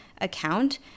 account